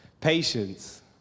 patience